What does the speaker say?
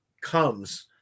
comes